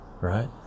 right